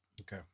Okay